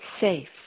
safe